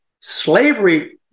slavery